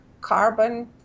carbon